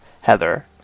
Heather